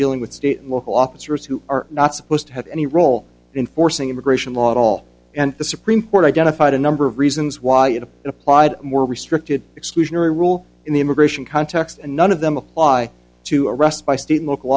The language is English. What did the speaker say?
dealing with state and local officers who are not supposed to have any role in forcing immigration law at all and the supreme court identified a number of reasons why it applied more restricted exclusionary rule in the immigration context and none of them apply to arrest by state local